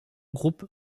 groupe